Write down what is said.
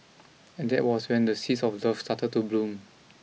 and that was when the seeds of love started to bloom